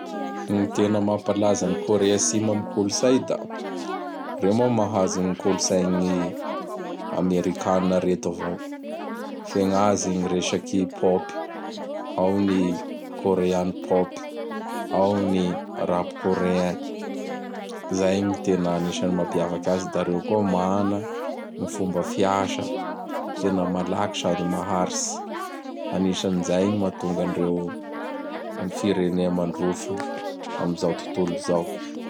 Gny tena mampalaza gny Coré Atsimo am kolotsay; da reo moa mahazo gny kolotsaigny Amerikanina reto avao. Fe gn' azy gny resaky Pop. Ao ny Korean Pop, Ao gn ny Rap Coréen. Izay gny tena anisan'ny mampiavaky azy; da reo koa mana gny fomba fiasa tena malaky sady maharitsy. Anisan'izay ny mahatonga andreo am firenea mandroso am zao totolo zao.